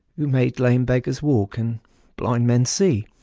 who made lame beggars walk, and blind men see.